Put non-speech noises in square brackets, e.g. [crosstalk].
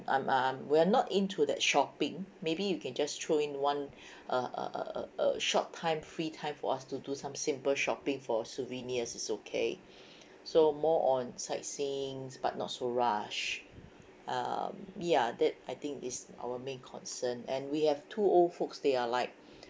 I'm I'm we are not into that shopping maybe you can just throw in one [breath] a a a a a short time free time for us to do some simple shopping for souvenirs is okay [breath] so more on sightseeing but not so rush um ya that I think is our main concern and we have two old folks they are like